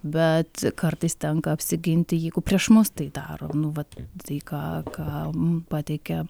bet kartais tenka apsiginti jeigu prieš mus tai daro nu vat tai ką ką mum pateikė